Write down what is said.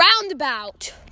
roundabout